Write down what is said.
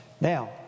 Now